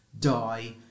die